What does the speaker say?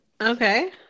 Okay